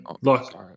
Look